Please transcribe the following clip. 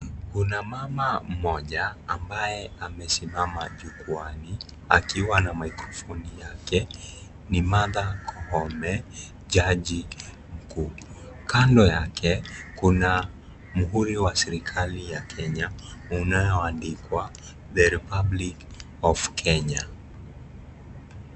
Kuna mama mmoja ambaye amesimama jukwaani akiwa na maikrofoni yake ni Martha Koome, jaji mkuu, kando yake kuna muhuri wa serikali ya Kenya unaoandikwa (cs)The Republic of Kenya(cs).